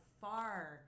far